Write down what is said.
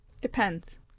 Depends